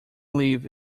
live